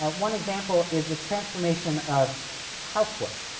ah one example is the transformation of housework.